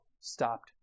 stopped